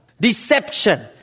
Deception